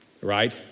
Right